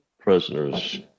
prisoners